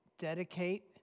dedicate